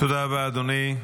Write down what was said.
תודה רבה, אדוני.